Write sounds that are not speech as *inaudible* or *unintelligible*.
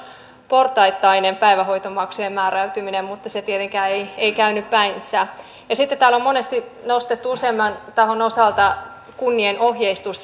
portaittainen päivähoitomaksujen määräytyminen mutta se tietenkään ei ei käynyt päinsä ja sitten täällä on monesti nostettu useamman tahon osalta kuntien ohjeistus *unintelligible*